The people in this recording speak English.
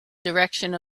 direction